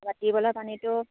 ৰাতি বোলে পানীটো